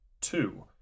Two